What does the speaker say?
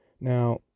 Now